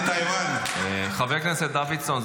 חבר הכנסת דוידסון,